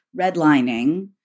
redlining